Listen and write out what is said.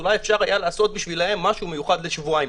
אולי אפשר היה לעשות בשבילם משהו מיוחד לשבועיים.